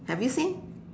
have you seen